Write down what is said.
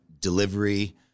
delivery